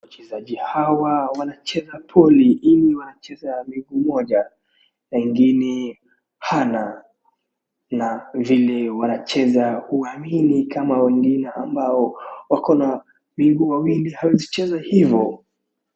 Wachezaji hawa wanacheza boli ila wanacheza na mguu moja na ingine hana na vile wanacheza wawili kama wengine ambao wako na miguu mbili hawaezi cheza hivo.